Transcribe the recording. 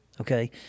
Okay